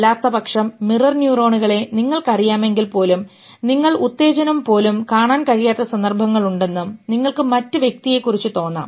അല്ലാത്തപക്ഷം മിറർ ന്യൂറോണുകളെ നിങ്ങൾക്കറിയാമെങ്കിൽ പോലും നിങ്ങൾ ഉത്തേജനം പോലും കാണാൻ കഴിയാത്ത സന്ദർഭങ്ങളുണ്ടെന്നും നിങ്ങൾക്ക് മറ്റ് വ്യക്തിയെക്കുറിച്ച് തോന്നാം